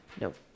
Nope